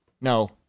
No